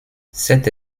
cette